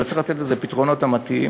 אלא צריך לתת לזה פתרונות אמיתיים,